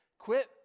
Quit